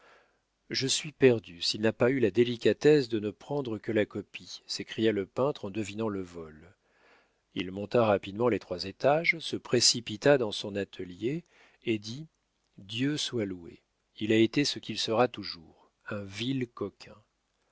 je suis perdu s'il n'a pas eu la délicatesse de ne prendre que la copie s'écria le peintre en devinant le vol il monta rapidement les trois étages se précipita dans son atelier et dit dieu soit loué il a été ce qu'il sera toujours un vil coquin